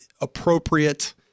appropriate